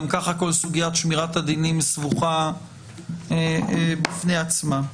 גם כך כל סוגיית שמירת הדינים היא סבוכה בפני עצמה.